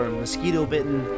mosquito-bitten